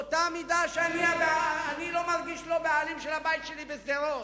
אני לא מרגיש לא-בעלים של הבית שלי בשדרות.